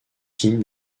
kim